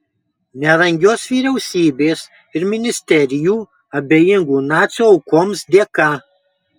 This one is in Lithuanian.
nerangios vyriausybės ir ministerijų abejingų nacių aukoms dėka